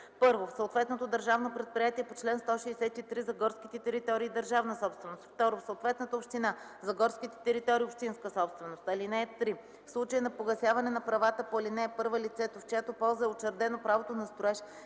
1. в съответното държавно предприятие по чл. 163 – за горските територии – държавна собственост; 2. в съответната община – за горските територии – общинска собственост. (3) В случай на погасяване на правата по ал. 1 лицето, в чиято полза е учредено правото на строеж,